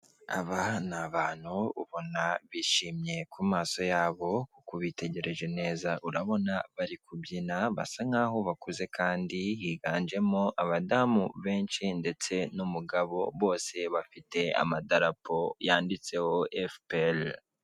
Aba ni abantu ubona bishimye ku maso yabo kuko ubitegereje neza urabona bari kubyina basa nk'aho bakuze kandi higanjemo abadamu benshi ndetse n'umugabo bose bafite amadarapo yanditseho efupere.